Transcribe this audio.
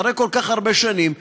אחרי כל כך הרבה שנים,